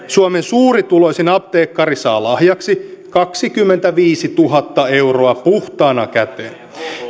suomen suurituloisin apteekkari saa lahjaksi kaksikymmentäviisituhatta euroa puhtaana käteen